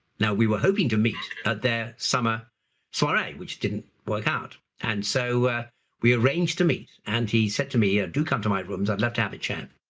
now we were hoping to meet at their summer soiree, which didn't work out and so we arranged to meet and he said to me do come to my rooms, i'd love to have a chat.